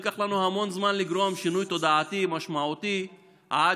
ייקח לנו המון זמן לגרום לשינוי תודעתי משמעותי עד